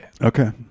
Okay